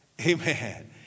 Amen